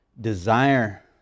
desire